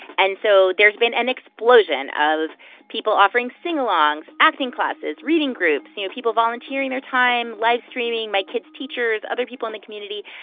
and so there's been an explosion of people offering singalongs, acting classes, reading groups, you know, people volunteering their time, live streaming, my kids' teachers, other people in the community.